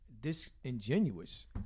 disingenuous